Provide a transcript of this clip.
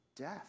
death